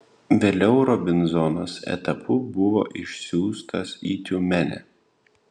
vėliau robinzonas etapu buvo išsiųstas į tiumenę